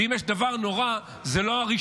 ואם יש דבר נורא, הוא לא הרשעות,